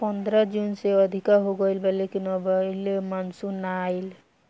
पंद्रह जून से अधिका हो गईल बा लेकिन अबले मानसून नाइ आइल